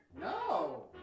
No